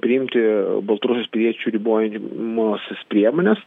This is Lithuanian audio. priimti baltarusijos piliečių ribojamąsias priemones